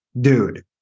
dude